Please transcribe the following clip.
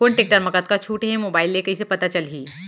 कोन टेकटर म कतका छूट हे, मोबाईल ले कइसे पता चलही?